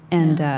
and